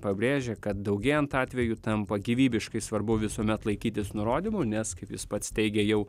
pabrėžė kad daugėjant atvejų tampa gyvybiškai svarbu visuomet laikytis nurodymų nes kaip jis pats teigė jau